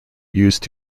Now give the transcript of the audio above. used